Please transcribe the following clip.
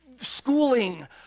schooling